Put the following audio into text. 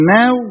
now